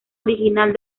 original